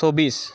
চৌবিছ